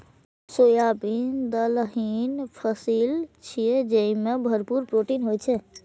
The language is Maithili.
सोयाबीन दलहनी फसिल छियै, जेमे भरपूर प्रोटीन होइ छै